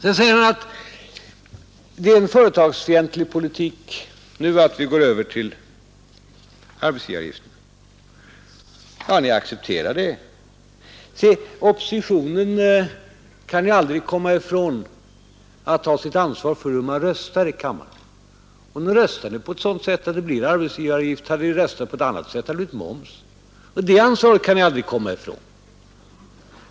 Sedan säger herr Helén att det är en företagsfientlig politik att vi nu går över till arbetsgivaravgiften. Ja, ni accepterar det. Se, oppositionen kan ju aldrig komma ifrån att ta sitt ansvar för hur den röstar i kammaren. Nu röstar ni på ett sådant sätt att det blir arbetsgivaravgiften som höjs. Hade ni röstat på ett annat sätt hade det blivit momsen. Det ansvaret kan ni aldrig komma ifrån.